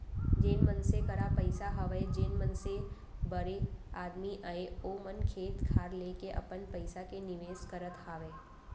जेन मनसे करा पइसा हवय जेन मनसे बड़े आदमी अय ओ मन खेत खार लेके अपन पइसा के निवेस करत हावय